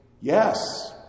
Yes